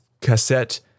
Cassette